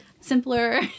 simpler